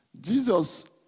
Jesus